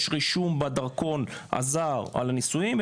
יש רישום בדרכון הזר על הנישואין,